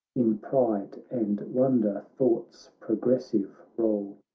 in pride and wonder thoughts pro gressive roll.